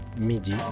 midi